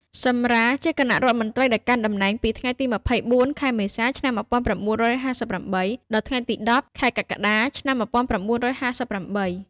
ស៊ឹម រ៉ា ជាគណៈរដ្ឋមន្ត្រីដែលកាន់តំណែងពីថ្ងៃទី ២៤ ខែមេសា ឆ្នាំ១៩៥៨ ដល់ថ្ងៃទី ១០ ខែកក្កដា ឆ្នាំ១៩៥៨។